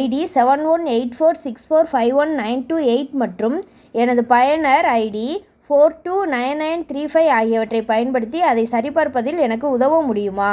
ID seven one eight four six four five one nine two eight மற்றும் எனது பயனர் ID four two nine nine three five ஆகியவற்றைப் பயன்படுத்தி அதை சரிபார்ப்பதில் எனக்கு உதவ முடியுமா